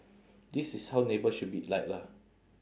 this is how neighbour should be like lah